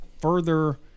further